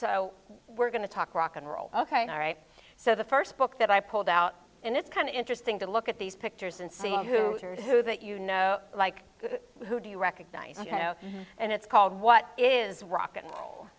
so we're going to talk rock and roll ok all right so the first book that i pulled out and it's kind of interesting to look at these pictures and see who are who that you know like who do you recognize you know and it's called what is rock and roll